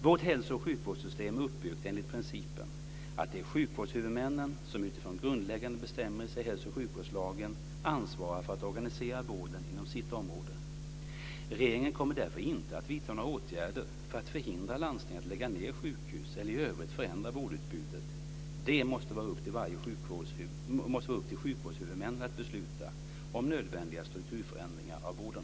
Vårt hälso och sjukvårdssystem är uppbyggt enligt principen att det är sjukvårdshuvudmännen som utifrån grundläggande bestämmelser i hälso och sjukvårdslagen ansvarar för att organisera vården inom sitt område. Regeringen kommer därför inte att vidta några åtgärder för att förhindra landsting att lägga ned sjukhus eller i övrigt förändra vårdutbudet. Det måste vara upp till sjukvårdshuvudmännen att besluta om nödvändiga strukturförändringar av vården.